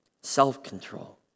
self-control